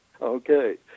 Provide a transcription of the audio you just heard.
okay